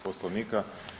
Poslovnika.